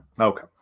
Okay